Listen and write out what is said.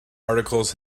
articles